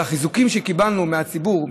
החיזוקים שקיבלנו מהציבור,